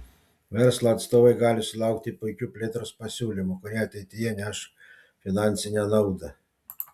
verslo atstovai gali sulaukti puikių plėtros pasiūlymų kurie ateityje neš finansinę naudą